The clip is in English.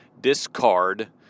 discard